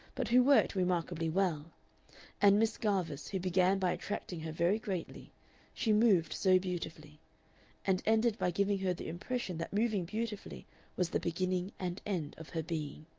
but who worked remarkably well and miss garvice, who began by attracting her very greatly she moved so beautifully and ended by giving her the impression that moving beautifully was the beginning and end of her being.